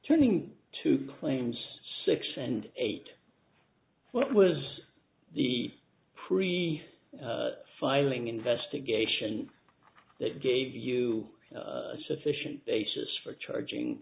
turning to claims six and eight what was the pre filing investigation that gave you a sufficient basis for charging